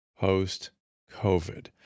post-COVID